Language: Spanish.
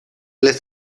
las